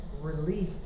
relief